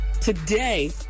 Today